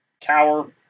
tower